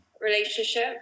relationship